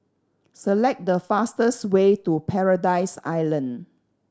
select the fastest way to Paradise Island